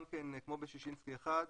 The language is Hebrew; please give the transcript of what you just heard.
כמו בששינסקי 1,